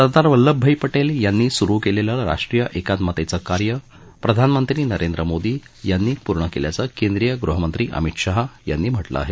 सरदार वल्लभ भाई पटेल यांनी सुरु केलेलं राष्ट्रीय एकात्मतेचं कार्य प्रधानमंत्री नरेंद्र मोदी यांनी पूर्ण केल्याचं केंद्रीय गृहमंत्री अमित शहा यांनी म्हटलं आहे